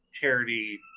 charity